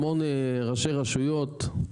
המון ראשי רשויות,